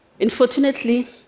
Unfortunately